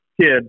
kid